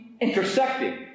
intersecting